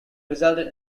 resulted